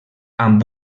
amb